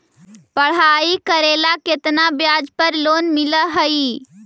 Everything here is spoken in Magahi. पढाई करेला केतना ब्याज पर लोन मिल हइ?